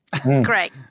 Great